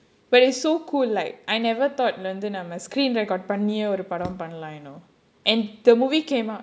but it's so cool like I never thought வந்து நாம:vandhu naama screen record பண்ணி ஒரு படம் பண்ணலாம்:panni oru padam pannalaam you know and the movie came out